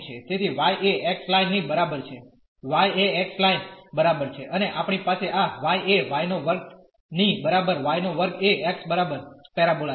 તેથી y એ x line ની બરાબર છે y એ x લાઇન બરાબર છે અને આપણી પાસે આ y એ y2 ની બરાબર y2 એ x બરાબર પેરાબોલા છે